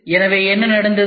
எனவே என்ன நடந்தது